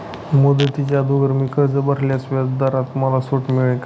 मुदतीच्या अगोदर मी कर्ज भरल्यास व्याजदरात मला सूट मिळेल का?